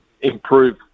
improve